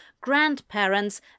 grandparents